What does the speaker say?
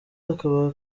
hakaba